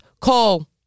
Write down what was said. CALL